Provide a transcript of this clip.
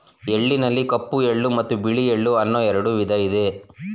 ಎಳ್ಳಿನಲ್ಲಿ ಕಪ್ಪು ಎಳ್ಳು ಮತ್ತು ಬಿಳಿ ಎಳ್ಳು ಅನ್ನೂ ಎರಡು ವಿಧ ಇದೆ